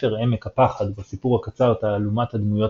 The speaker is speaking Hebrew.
בספר "עמק הפחד" ובסיפור הקצר "תעלומת הדמויות